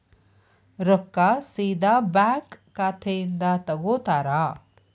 ರೊಕ್ಕಾ ಸೇದಾ ಬ್ಯಾಂಕ್ ಖಾತೆಯಿಂದ ತಗೋತಾರಾ?